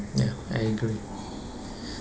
ya I agree